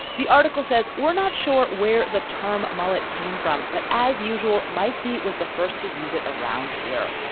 the article says, we're not sure where the term mullet came from, but as usual, mike dee was the first to use it around here.